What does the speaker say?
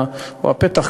או הפתח,